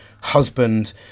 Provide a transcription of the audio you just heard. husband